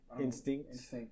instinct